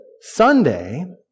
Sunday